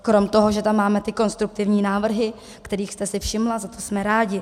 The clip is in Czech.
Kromě toho, že tam máme ty konstruktivní návrhy, kterých jste si všimla, za to jsme rádi.